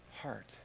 heart